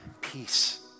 peace